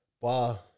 Wow